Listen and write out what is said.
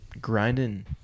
grinding